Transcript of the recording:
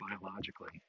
biologically